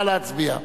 נא להצביע.